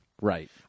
Right